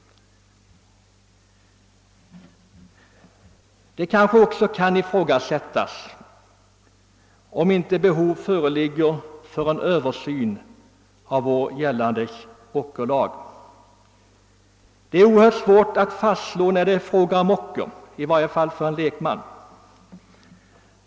Det kanske också kan ifrågasättas om inte behov föreligger av en översyn av gällande ockerlag. Det är oerhört svårt — i varje fall för lekmannen — att fastslå när det är fråga om ocker.